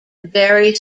very